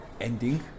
ending